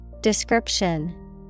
Description